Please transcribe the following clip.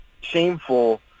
shameful